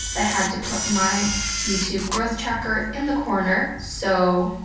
ah had to put my youtube growth tracker in the corner so,